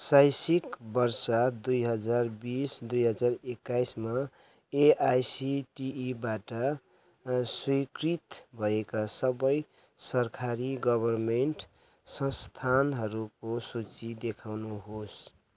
शैक्षिक वर्षा दुई हजार बिस दुई हजार एक्काइसमा एआइसिटिईबाटा स्वीकृत भएका सबै सरकारी गभर्मेन्ट संस्थानहरूको सूची देखाउनुहोस्